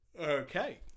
okay